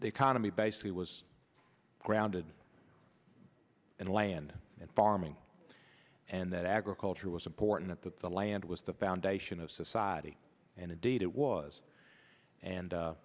they connelly basically was grounded in land and farming and that agriculture was important that the land was the foundation of society and the date it was and